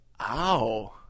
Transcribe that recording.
Ow